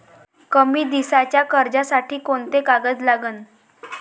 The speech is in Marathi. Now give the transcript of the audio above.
कमी दिसाच्या कर्जासाठी कोंते कागद लागन?